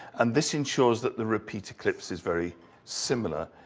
and this ensures that the repeat eclipse is very similar.